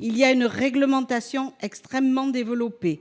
Il existe une réglementation extrêmement développée,